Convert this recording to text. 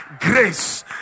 grace